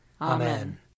Amen